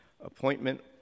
appointment